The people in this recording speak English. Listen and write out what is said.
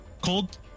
cold